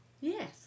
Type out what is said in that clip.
Yes